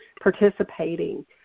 participating